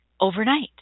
overnight